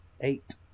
Eight